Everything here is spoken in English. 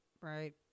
Right